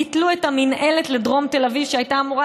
ביטלו את המינהלת לדרום תל אביב שהייתה אמורה